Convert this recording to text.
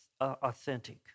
authentic